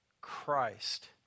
Christ